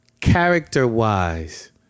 character-wise